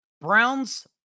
Browns